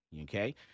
Okay